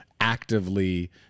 actively